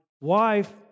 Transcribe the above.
wife